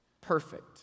perfect